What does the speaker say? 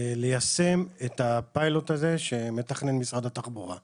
ליישם את הפיילוט הזה שמשרד התחבורה מתכנן.